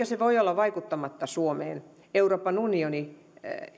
se voi olla vaikuttamatta suomeen euroopan unionin